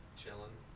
chilling